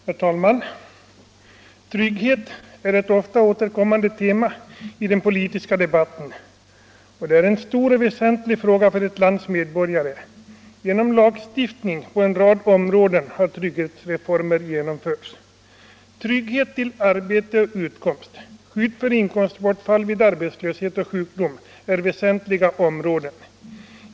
Herr talman! Trygghet är ett återkommande tema i den politiska debatten. Det är en stor och väsentlig fråga för ett lands medborgare. Genom lagstiftning på en rad områden har trygghetsreformer genomförts. Trygghet till arbete och utkomst, skydd för inkomstbortfall vid arbetslöshet och sjukdom är väsentliga områden.